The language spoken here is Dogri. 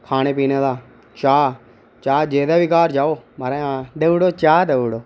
खाने पीने दा चाह् चाह् जेह्दै बी घर जाओ देउड़ो चाह्